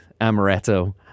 Amaretto